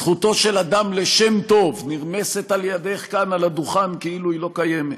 זכותו של אדם לשם טוב נרמסת על-ידייך כאן על הדוכן כאילו היא לא קיימת.